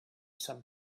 sant